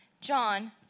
John